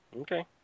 Okay